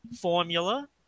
formula